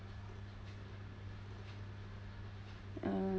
uh